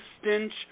stench